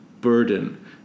burden